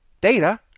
data